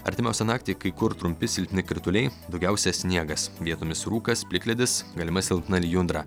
artimiausią naktį kai kur trumpi silpni krituliai daugiausia sniegas vietomis rūkas plikledis galima silpna lijundra